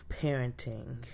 parenting